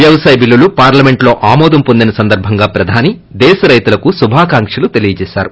వ్యవసాయ బిల్లులు పార్లమెంటులో ఆమోదం పొందిన సందర్భంగా ప్రధాని దేశ రైతులకు శుభాకాంకలు తెలిపారు